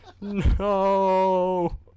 No